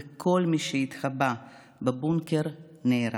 וכל מי שהתחבא בבונקר נהרג.